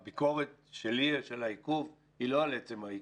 הביקורת שלי על העיכוב היא לא על עצם העיכוב,